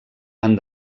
han